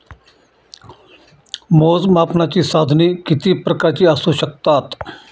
मोजमापनाची साधने किती प्रकारची असू शकतात?